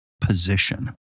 position